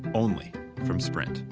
only from sprint.